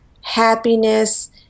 happiness